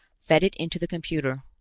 fed it into the computer,